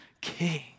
king